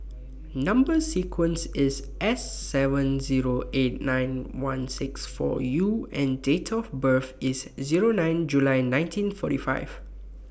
Number sequence IS S seven Zero eight nine one six four U and Date of birth IS Zero nine July nineteen forty five